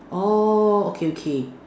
oh okay okay